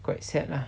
quite sad lah